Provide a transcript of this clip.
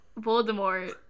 Voldemort